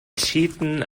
cheaten